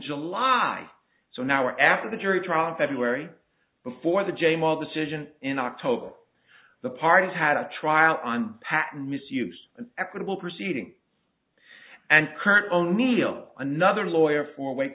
july so now after the jury trial in february before the jame all decision in october the parties had a trial on patent misuse an equitable proceeding and current o'neill another lawyer for wake